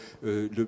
le